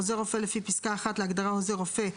עוזר רופא לפי פסקה (1) להגדרה "עוזר רופא",